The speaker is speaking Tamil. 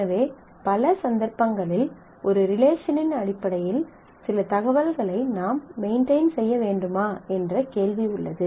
எனவே பல சந்தர்ப்பங்களில் ஒரு ரிலேஷனின் அடிப்படையில் சில தகவல்களை நாம் மெயின்டெயின் செய்ய வேண்டுமா என்ற கேள்வி உள்ளது